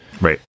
Right